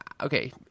okay